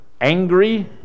angry